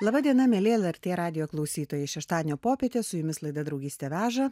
laba diena mieli lrt radijo klausytojai šeštadienio popietė su jumis laida draugystė veža